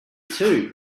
too